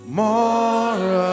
more